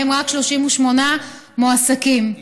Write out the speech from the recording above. ומהם רק 38% מועסקים.